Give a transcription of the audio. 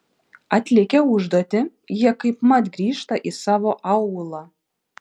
atlikę užduotį jie kaipmat grįžta į savo aūlą